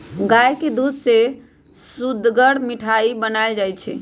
गाय के दूध से सुअदगर मिठाइ बनाएल जाइ छइ